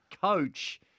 coach